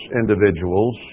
individuals